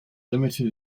limited